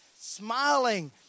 Smiling